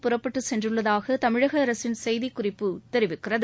புறப்பட்டுசென்றுள்ளதாகதமிழகஅரசின் செய்திக்குறிப்பு தெரிவிக்கிறது